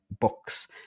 books